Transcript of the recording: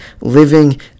living